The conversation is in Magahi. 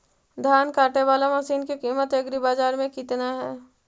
धान काटे बाला मशिन के किमत एग्रीबाजार मे कितना है?